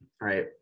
right